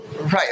Right